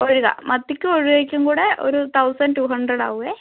ഒഴ്ക മത്തിയ്ക്കും ഒഴുവയ്ക്കും കൂടെ ഒരു തൗസൻഡ് ടൂ ഹൻഡ്രഡ് ആവും